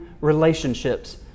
relationships